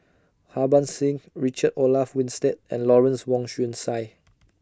Harbans Singh Richard Olaf Winstedt and Lawrence Wong Shyun Tsai